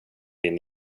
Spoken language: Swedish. din